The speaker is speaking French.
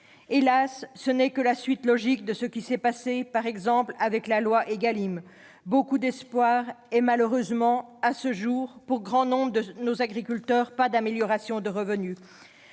Hélas, ce n'est que la suite logique de ce qui s'est passé, par exemple, avec la loi Égalim : beaucoup d'espoir et, malheureusement, à ce jour, pour grand nombre de nos agriculteurs, pas d'amélioration de revenu